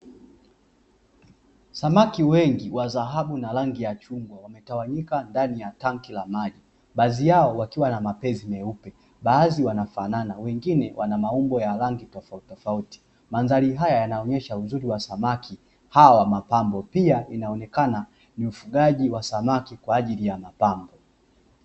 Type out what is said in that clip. Samaki wengi wa dhahabu na rangi ya chungwa wametawanyika ndani ya tanki la maji, baadhi yao wakiwa na mapezi meupe, baadhi wanafanana wengine wana maumbo ya rangi tofautitofauti. Mandhari haya yanaonyesha uzuri wa samaki hawa wa mapambo, pia inaonekana ni ufugaji wa samaki kwa ajili ya mapambo.